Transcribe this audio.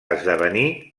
esdevenir